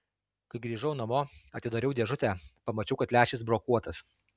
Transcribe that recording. kai grįžau namo atidariau dėžutę pamačiau kad lęšis brokuotas